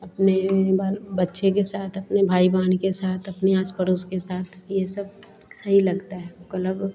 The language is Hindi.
अपने बाल बच्चे के साथ अपने भाई बहन के साथ अपने आस पड़ोस के साथ यह सब सही लगता है क्लब